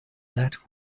that